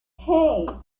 hey